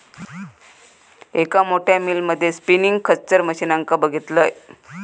एक मोठ्या मिल मध्ये स्पिनींग खच्चर मशीनका बघितलंय